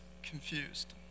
Confused